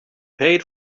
paid